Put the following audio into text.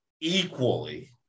equally